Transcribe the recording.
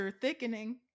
thickening